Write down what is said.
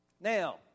Now